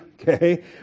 okay